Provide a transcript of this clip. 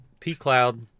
pCloud